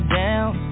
down